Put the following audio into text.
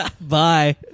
Bye